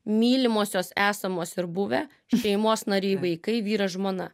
mylimosios esamos ir buvę šeimos nariai vaikai vyras žmona